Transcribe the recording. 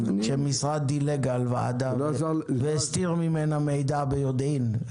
שמשרד דילג על ועדה והסתיר ממנה מידע ביודעין,